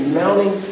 mounting